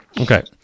Okay